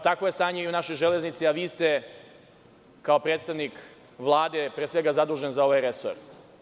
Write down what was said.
Takvo je stanje i u našoj železnici, a vi ste kao predstavnik Vlade pre svega zadužen za ovaj resor.